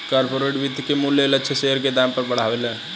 corporate वित्त के मूल्य लक्ष्य शेयर के दाम के बढ़ावेले